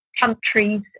countries